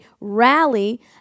rally